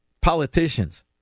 politicians